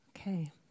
Okay